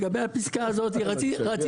ש.